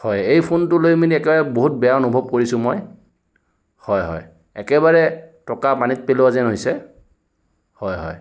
হয় এই ফোনটো লৈ মানে একেবাৰে বহুত বেয়া অনুভৱ কৰিছোঁ মই হয় হয় একেবাৰে টকা পানীত পেলোৱা যেন হৈছে হয় হয়